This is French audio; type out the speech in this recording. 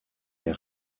est